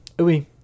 Oui